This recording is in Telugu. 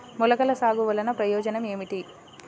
మొలకల సాగు వలన ప్రయోజనం ఏమిటీ?